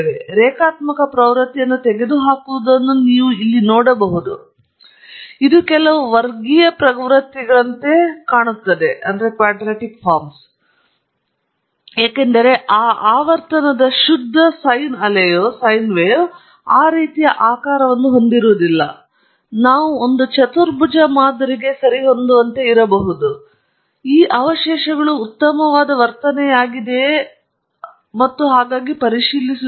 ರೇಖಾತ್ಮಕ ಪ್ರವೃತ್ತಿಯನ್ನು ತೆಗೆದುಹಾಕುವುದನ್ನು ನೀವು ಇಲ್ಲಿ ನೋಡಬಹುದು ಆದರೆ ಇದು ಕೆಲವು ವರ್ಗೀಯ ಪ್ರವೃತ್ತಿಗಳಂತೆ ಕಾಣುತ್ತದೆ ಏಕೆಂದರೆ ಆ ಆವರ್ತನದ ಶುದ್ಧ ಸೈನ್ ಅಲೆಯು ಆ ರೀತಿಯ ಆಕಾರವನ್ನು ಹೊಂದಿರುವುದಿಲ್ಲ ನಾವು ಒಂದು ಚತುರ್ಭುಜ ಮಾದರಿಗೆ ಸರಿಹೊಂದುವಂತೆ ಇರಬಹುದು ಮತ್ತು ಅವಶೇಷಗಳು ಉತ್ತಮವಾದ ವರ್ತನೆಯಾಗಿದೆಯೇ ಮತ್ತು ಹಾಗಾಗಿ ಪರಿಶೀಲಿಸುತ್ತೇವೆ